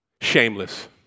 Shameless